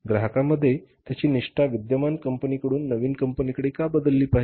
ग्राहकांमध्ये त्यांची निष्ठा विद्यमान कंपनीकडून नवीन कंपनीकडे का बदलली पाहिजे